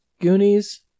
Goonies